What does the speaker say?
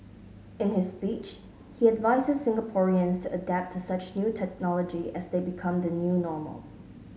in his speech he advises Singaporeans to adapt to such new technology as they become the new normal